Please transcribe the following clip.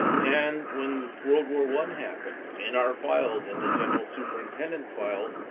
and when world war one happened, in our files, in the general superintendent's files,